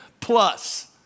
plus